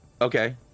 Okay